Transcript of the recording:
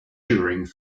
turing